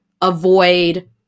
avoid